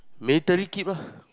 keep lah